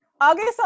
August